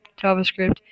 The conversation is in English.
JavaScript